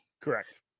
correct